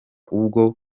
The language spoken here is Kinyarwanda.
ubwo